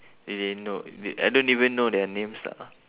eh no wait I don't even know their names lah